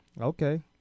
Okay